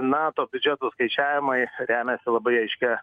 nato biudžeto skaičiavimai remiasi labai aiškia